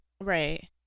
Right